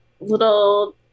little